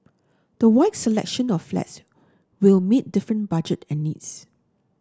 the wide selection of flats will meet different budget and needs